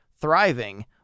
thriving